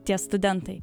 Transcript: tie studentai